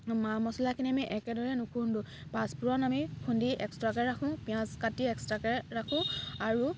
মা মচলাখিনি আমি একেদৰে নুখুন্দো পাঁচ ফোৰণ আমি খুন্দি এক্সটাকৈ ৰাখোঁ পিঁয়াজ কাটি এক্সটাকৈ ৰাখোঁ আৰু